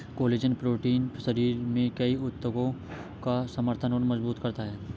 collagen protein शरीर में कई ऊतकों का समर्थन और मजबूत करता है